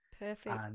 Perfect